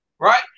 Right